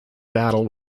battle